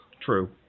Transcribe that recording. True